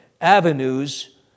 avenues